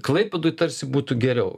klaipėdoj tarsi būtų geriau